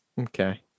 Okay